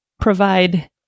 provide